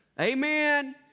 Amen